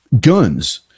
guns